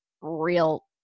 real